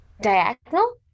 diagonal